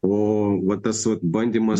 o vat tas vat bandymas